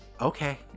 Okay